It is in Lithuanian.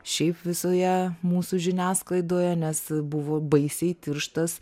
šiaip visoje mūsų žiniasklaidoje nes buvo baisiai tirštas